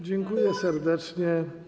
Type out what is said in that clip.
Dziękuję serdecznie.